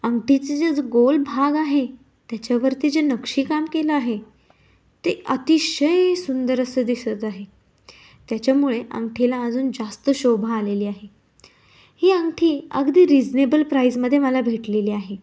अंगठी जे गोल भाग आहे त्याच्यावरती जे नक्षीकाम केलं आहे ते अतिशय सुंदर असं दिसत आहे त्याच्यामुळे अंगठीला अजून जास्त शोभा आलेली आहे ही अंगठी अगदी रिजनेबल प्राईजमध्ये मला भेटलेली आहे